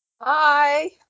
Hi